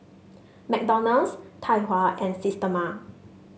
McDonald's Tai Hua and Systema